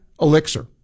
elixir